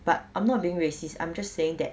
but I'm not being racist I'm just saying that